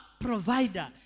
provider